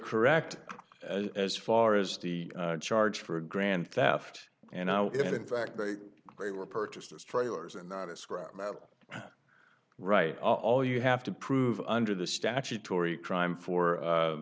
correct as far as the charge for a grand theft and it in fact they were purchased as trailers and not a scrap metal right all you have to prove under the statutory crime for